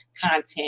content